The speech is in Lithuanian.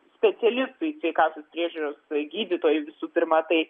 specialistui sveikatos priežiūros gydytojui visų pirma tai